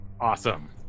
Awesome